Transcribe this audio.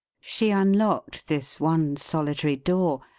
she unlocked this one solitary door,